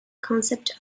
concept